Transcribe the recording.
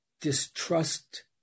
distrust